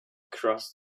cross